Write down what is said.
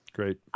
Great